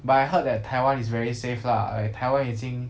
but I heard that taiwan is very safe lah like taiwan 已经